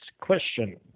question